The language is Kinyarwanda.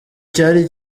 cyari